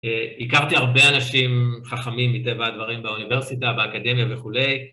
הכרתי הרבה אנשים חכמים מטבע הדברים באוניברסיטה, באקדמיה וכולי.